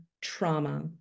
trauma